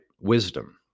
wisdom